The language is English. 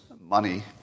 money